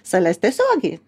sales tiesiogiai